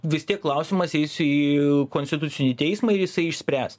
vis tiek klausimas eisiu į konstitucinį teismą ir jisai išspręs